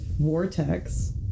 vortex